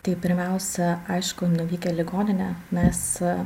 tai pirmiausia aišku nuvykę į ligoninę mes